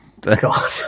God